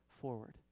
forward